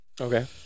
okay